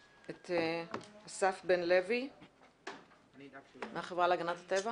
אסף, אתה יכול